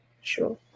sure